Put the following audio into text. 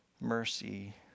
mercy